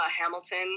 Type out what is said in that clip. Hamilton